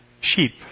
sheep